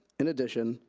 in addition,